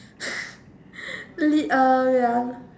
lead uh wait ah